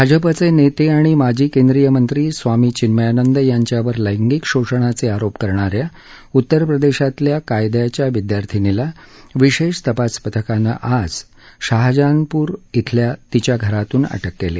भाजपा नेते आणि माजी केंद्रीय मंत्री स्वामी चिन्मयानंद यांच्यावर लैंगिक शोषणाचे आरोप करणाऱ्या उत्तर प्रदेशातल्या कायद्याच्या विद्यार्थिनीला विशेष तपास पथकानं आज शहाजहानपूर इथल्या तिच्या घरातून अटक केली